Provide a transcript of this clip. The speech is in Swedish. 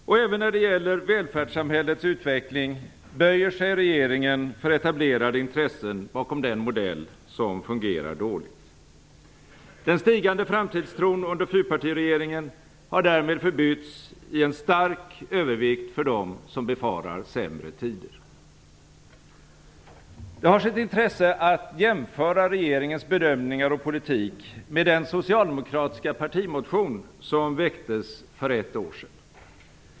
Och även när det gäller välfärdssamhällets utveckling böjer sig regeringen för etablerade intressen bakom den modell som fungerar dåligt. Den stigande framtidstron under fyrpartiregeringen har därmed förbytts i en stark övervikt för dem som befarar sämre tider. Det har sitt intresse att jämföra regeringens bedömningar och politik med den socialdemokratiska partimotion som väcktes för ett år sedan.